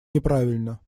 неправильно